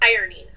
ironing